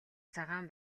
цагаан